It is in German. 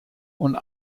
und